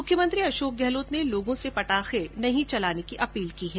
मुख्यमंत्री अशोक गहलोत ने लोगों से पटाखे नहीं चलाने की अपील की है